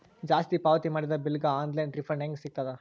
ಜಾಸ್ತಿ ಪಾವತಿ ಮಾಡಿದ ಬಿಲ್ ಗ ಆನ್ ಲೈನ್ ರಿಫಂಡ ಹೇಂಗ ಸಿಗತದ?